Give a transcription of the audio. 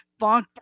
bonk